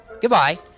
Goodbye